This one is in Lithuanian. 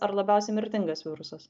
ar labiausiai mirtingas virusas